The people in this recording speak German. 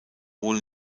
wohl